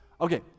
Okay